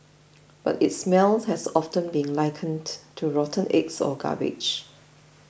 but its smells has often been likened to rotten eggs or garbage